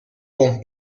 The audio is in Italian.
con